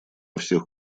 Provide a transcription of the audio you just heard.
всех